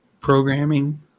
programming